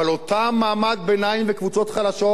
אבל אותם מעמד ביניים וקבוצות חלשות,